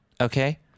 okay